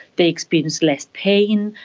they experience less pain,